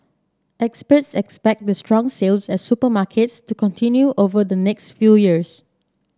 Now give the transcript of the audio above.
experts expect the strong sales at supermarkets to continue over the next few years